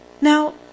now